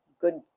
good